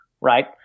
Right